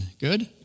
good